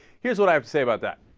here's what i'd say about that